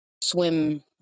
swim